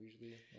Usually